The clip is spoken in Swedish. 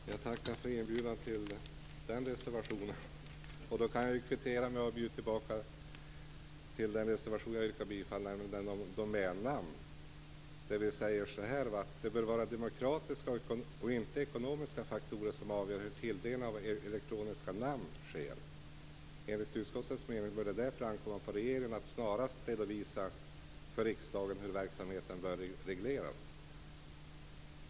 Herr talman! Jag tackar för inbjudan till den reservationen. Då kan jag kvittera med att bjuda in till en reservation som jag också yrkar bifall till, nämligen den om domännamn. Där säger vi så här: "Det bör vara demokratiska och inte ekonomiska faktorer som avgör hur tilldelningen av elektroniska namn sker. Enligt utskottets mening bör det därför ankomma på regeringen att snarast redovisa för riksdagen hur verksamheten bör regleras."